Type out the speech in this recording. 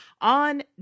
on